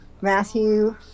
Matthew